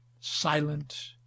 silent